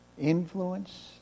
influence